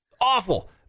Awful